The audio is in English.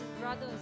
brothers